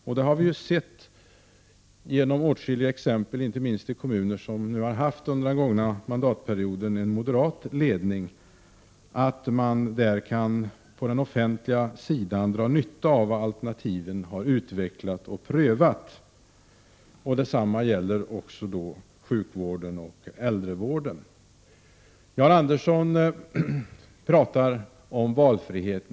Vi har sett åtskilliga exempel, inte minst i kommuner som under den gångna mandatperioden har haft en moderat ledning, på att man på den offentliga sidan kan dra nytta av vad som har utvecklats och prövats inom alternativen. Detta gäller för såväl barnomsorgen som sjukvården och äldrevården. Jan Andersson talar om valfrihet.